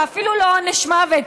ואפילו לא עונש מוות.